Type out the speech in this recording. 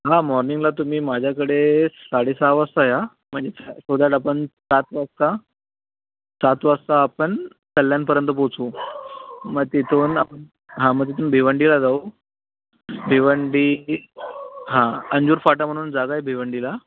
हां मॉर्निंगला तुम्ही माझ्याकडे साडे सहा वाजता या म्हणजे शोधायला पण सात वाजता सात वाजता आपण कल्याणपर्यंत पोचू मग तिथून आपण हां मग तिथून भिवंडीला जाऊ भिवंडी हां अंजूर फाटा म्हणून जागा आहे भिवंडीला